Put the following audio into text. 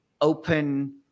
open